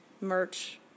merch